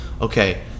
okay